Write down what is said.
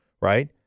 right